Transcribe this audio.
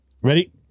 ready